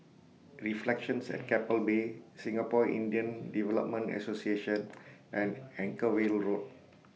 Reflections At Keppel Bay Singapore Indian Development Association and Anchorvale Road